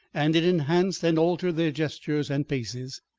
and it enhanced and altered their gestures and paces.